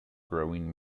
growing